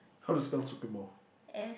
how to spell Sucremo